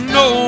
no